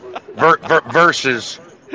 versus